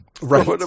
right